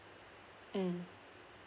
mm